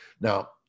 Now